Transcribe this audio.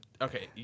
Okay